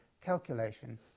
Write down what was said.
calculation